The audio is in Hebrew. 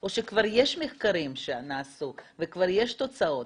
או שכבר יש מחקרים שנעשו וכבר יש תוצאות?